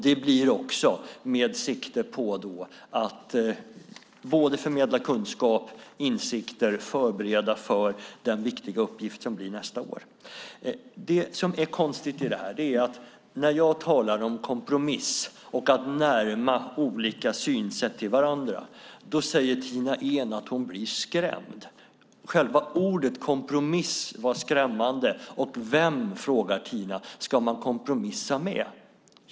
Det blir också med sikte på att förmedla kunskap och insikter och förbereda för den viktiga uppgift som blir nästa år. Det som blir konstigt i det här är att när jag talar om en kompromiss och att närma olika synsätt till varandra, då säger Tina Ehn att hon blir skrämd. Själva ordet "kompromiss" var skrämmande, och vem, frågar Tina, ska man kompromissa med?